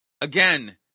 Again